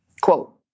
Quote